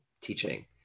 teaching